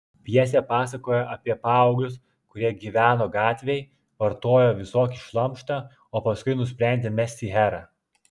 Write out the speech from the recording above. pjesė pasakoja apie paauglius kurie gyveno gatvėj vartojo visokį šlamštą o paskui nusprendė mesti herą